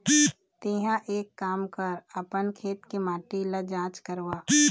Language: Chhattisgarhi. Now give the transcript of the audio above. तेंहा एक काम कर अपन खेत के माटी ल जाँच करवा